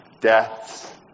deaths